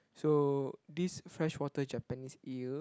so this fresh water Japanese eel